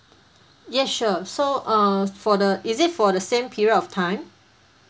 yes sure so err for the is it for the same period of time